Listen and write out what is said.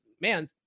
man